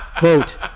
Vote